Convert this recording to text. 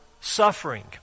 suffering